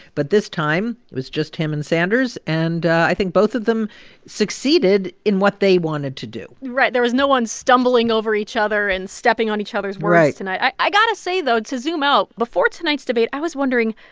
but this time, it was just him and sanders, and i think both of them succeeded in what they wanted to do right. there was no one stumbling over each other and stepping on each other's words tonight right and i i got to say, though, to zoom out before tonight's debate, i was wondering,